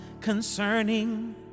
concerning